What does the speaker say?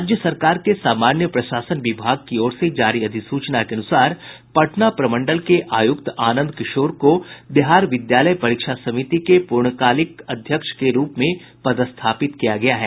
राज्य सरकार के सामान्य प्रशासन विभाग की ओर जारी अधिसूचना के अनुसार पटना प्रमंडल के आयुक्त आनंद किशोर को बिहार विद्यालय परीक्षा समिति के पूर्णकालिक अध्यक्ष होंगे